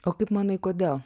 o kaip manai kodėl